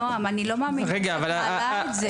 נעם, אני לא מאמינה, אני מתפלאת על זה.